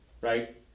Right